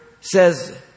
says